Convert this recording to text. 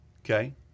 Okay